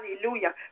Hallelujah